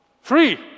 Free